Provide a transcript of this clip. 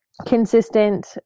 consistent